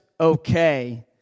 okay